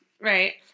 right